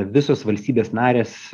visos valstybės narės